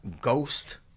Ghost